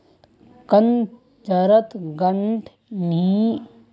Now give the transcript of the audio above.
कंद जड़त गांठ नी ह छ